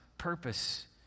Purpose